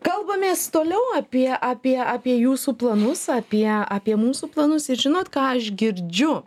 kalbamės toliau apie apie apie jūsų planus apie apie mūsų planus ir žinot ką aš girdžiu